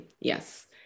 Yes